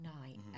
night